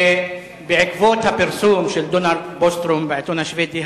בעקבות הפרסום של דונלד בוסטרום בעיתון השבדי,